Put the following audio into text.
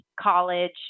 college